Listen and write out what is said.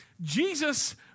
Jesus